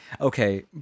okay